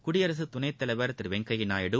குடியரசு துணைத் தலைவர் திரு வெங்கைய நாயுடு